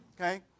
Okay